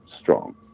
strong